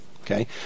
okay